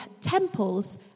temples